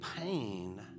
pain